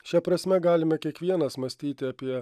šia prasme galime kiekvienas mąstyti apie